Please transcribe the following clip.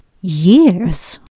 years